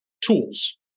tools